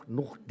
nog